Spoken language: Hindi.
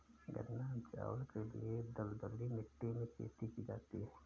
गन्ना एवं चावल के लिए दलदली मिट्टी में खेती की जाती है